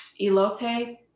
elote